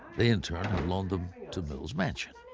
they, in turn, have loaned them to mills mansion.